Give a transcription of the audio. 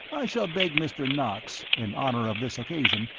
i shall beg mr. knox, in honour of this occasion,